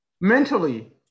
mentally